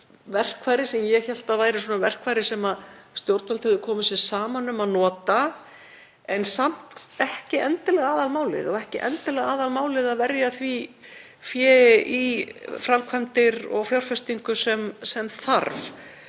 verkfæri, sem ég hélt að væri svona verkfæri sem stjórnvöld hefðu komið sér saman um að nota, en samt ekki endilega aðalmálið og ekki endilega aðalmálið að verja því fé í framkvæmdir og fjárfestingar sem þarf.